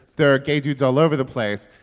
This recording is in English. there are gay dudes all over the place.